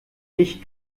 ich